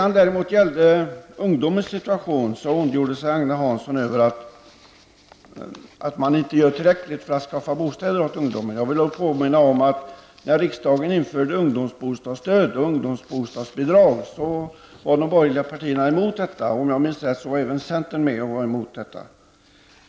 När det gällde ungdomens situation ondgjorde sig Agne Hansson över att man inte gör tillräckligt för att skaffa bostäder åt ungdomen. Jag vill då påminna om att när riksdagen införde ungdomsbostadsstöd och ungdomsbostadsbidrag, var de borgerliga partierna emot det -- och om jag minns rätt var även centern emot detta.